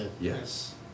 yes